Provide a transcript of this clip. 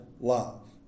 love